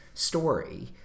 Story